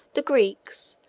the greeks,